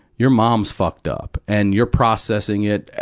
your mom's fucked up. and you're processing it.